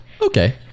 Okay